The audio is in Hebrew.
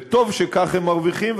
וטוב שכך הם מרוויחים,